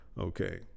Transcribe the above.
Okay